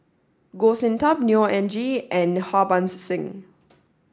Goh Sin Tub Neo Anngee and Harbans Singh